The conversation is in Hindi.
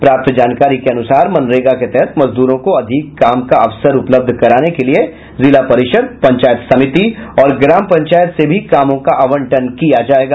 प्राप्त जानकारी के अनुसार मनरेगा के तहत मजदूरों को अधिक काम का अवसर उपलब्ध कराने के लिये जिला परिषद पंचायत समिति और ग्राम पंचायत से भी कामों का आवंटन किया जायेगा